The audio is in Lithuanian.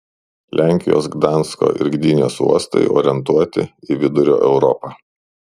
lenkijos gdansko ir gdynės uostai orientuoti į vidurio europą